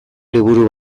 liburu